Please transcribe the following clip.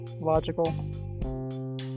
Logical